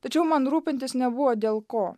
tačiau man rūpintis nebuvo dėl ko